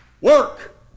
work